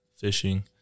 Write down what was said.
fishing